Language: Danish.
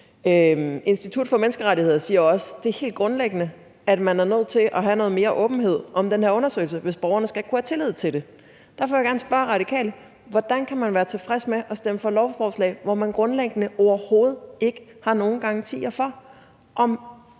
Institut for Menneskerettigheder siger også, at det er helt grundlæggende, at man er nødt til at have noget mere åbenhed om den her undersøgelse, hvis borgerne skal kunne have tillid til den. Derfor vil jeg gerne spørge Radikale: Hvordan kan man være tilfreds med at stemme for et lovforslag, hvor man grundlæggende overhovedet ikke har nogen garantier for, at